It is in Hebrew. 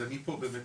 אז אני פה באמת